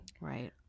Right